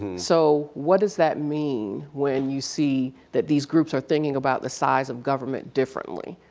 and so what does that mean when you see that these groups are thinking about the size of government differently.